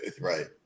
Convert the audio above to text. Right